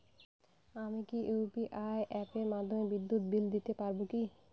আমি কি ইউ.পি.আই অ্যাপের মাধ্যমে বিদ্যুৎ বিল দিতে পারবো কি?